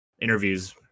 interviews